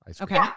Okay